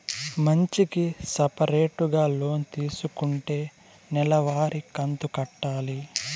మంచికి సపరేటుగా లోన్ తీసుకుంటే నెల వారి కంతు కట్టాలి